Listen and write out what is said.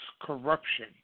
corruption